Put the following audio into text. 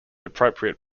appropriate